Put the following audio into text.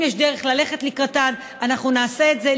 אם יש דרך ללכת לקראתן, אנחנו נעשה את זה.